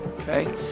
okay